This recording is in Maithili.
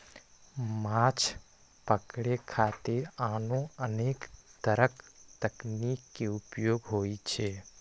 माछ पकड़े खातिर आनो अनेक तरक तकनीक के उपयोग होइ छै